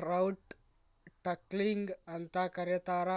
trout tickling ಅಂತ ಕರೇತಾರ